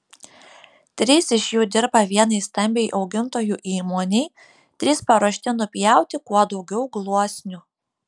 trys iš jų dirba vienai stambiai augintojų įmonei trys paruošti nupjauti kuo daugiau gluosnių